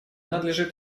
надлежит